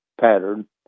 pattern